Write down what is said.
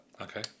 Okay